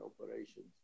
operations